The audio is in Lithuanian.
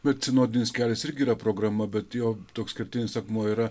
bet sinodinis kelias irgi yra programa bet jo toks kertinis akmuo yra